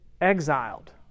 exiled